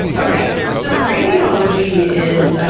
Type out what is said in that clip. okay. so radiology is